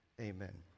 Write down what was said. Amen